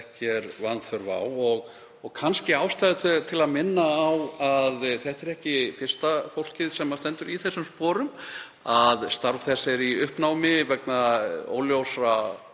ekki er vanþörf á. Það er kannski ástæða til að minna á að þetta er ekki fyrsta fólkið sem stendur í þeim sporum að starf þess er í uppnámi vegna óljósra